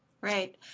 Right